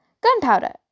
Gunpowder